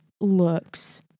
looks